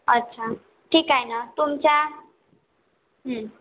अच्छा ठीक आहे ना तुमच्या